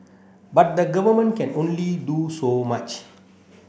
but the Government can only do so much